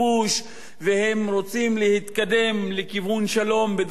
והם רוצים להתקדם לכיוון שלום בדרכים אחרות,